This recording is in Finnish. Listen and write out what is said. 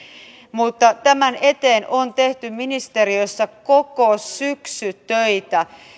mutta tämän eteen on tehty ministeriössä koko syksy töitä